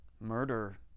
murder